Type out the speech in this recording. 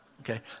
okay